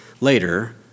later